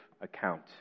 account